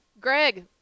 Greg